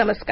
नमस्कार